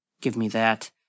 give-me-that